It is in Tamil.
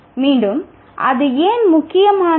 மீண்டும் அது ஏன் முக்கியமானது